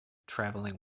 traveling